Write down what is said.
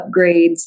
upgrades